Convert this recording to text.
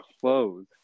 clothes